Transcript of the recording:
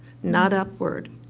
not upward.